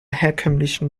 herkömmlichen